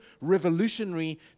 revolutionary